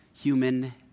Human